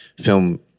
film